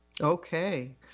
Okay